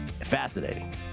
Fascinating